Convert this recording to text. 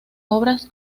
obras